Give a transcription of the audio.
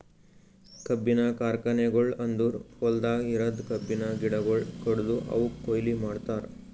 ಕಬ್ಬಿನ ಕಾರ್ಖಾನೆಗೊಳ್ ಅಂದುರ್ ಹೊಲ್ದಾಗ್ ಇರದ್ ಕಬ್ಬಿನ ಗಿಡಗೊಳ್ ಕಡ್ದು ಅವುಕ್ ಕೊಯ್ಲಿ ಮಾಡ್ತಾರ್